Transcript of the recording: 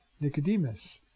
Nicodemus